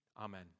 Amen